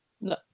No